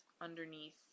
underneath